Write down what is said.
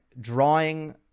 drawing